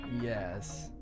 Yes